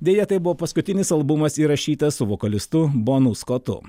deja tai buvo paskutinis albumas įrašytas su vokalistu bono skotu